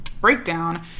breakdown